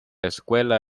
escuela